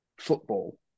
football